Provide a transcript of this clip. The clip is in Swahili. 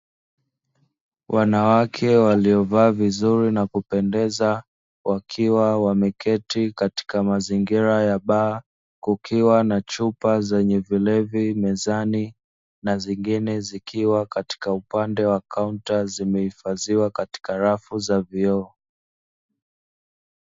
Wanawake walio vaa vizuri na kupendeza, wakiwa wameketi katika mazingira ya baa kukiwa na chupa zenye vilevi mezani. Na zingine zikiwa katika upande wa kunta zimehifadhiwa katika rafu za vioo.